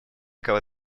кого